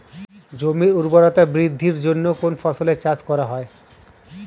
জমির উর্বরতা বৃদ্ধির জন্য কোন ফসলের চাষ করা হয়?